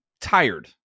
tired